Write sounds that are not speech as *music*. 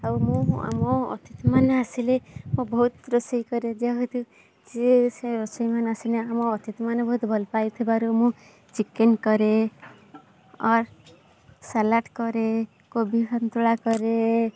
ଆଉ ମୁଁ *unintelligible* ମୋ ଅତିଥି ମାନେ ଆସିଲେ ମୁଁ ବହୁତ ରୋଷେଇ କରେ ଯେହେତୁ ଯିଏ ସେ ରୋଷେଇ ମାନେ ଆସିଲେ ଆମ ଅତିଥି ମାନେ ବହୁତ ଭଲ ପାଇଥିବାରୁ ମୁଁ ଚିକେନ୍ କରେ ଅର ସାଲାଟ୍ କରେ କୋବି ସନ୍ତୁଳା କରେ